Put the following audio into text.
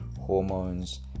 hormones